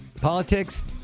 politics